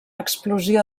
explosió